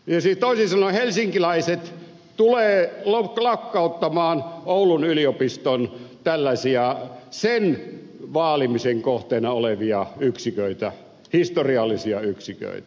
toisin sanoen helsinkiläiset tulevat lakkauttamaan tällaisia oulun yliopiston vaalimisen kohteena olevia yksiköitä historiallisia yksiköitä